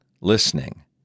listening